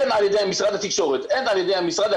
הן על ידי משרד התקשורת,